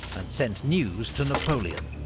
and sent news to napoleon.